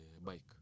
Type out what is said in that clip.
bike